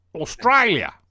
Australia